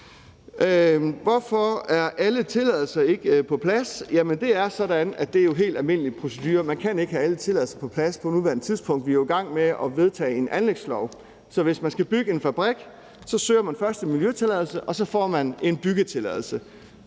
Hvorfor er alle tilladelser ikke på plads? Jamen det er sådan, at det jo er helt almindelig procedure. Man kan ikke have alle tilladelser på plads på nuværende tidspunkt. Vi er jo i gang med at vedtage en anlægslov. Hvis man skal bygge en fabrik, søger man først en miljøtilladelse, og så får man en byggetilladelse.